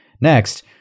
Next